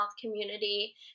community